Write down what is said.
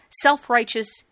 self-righteous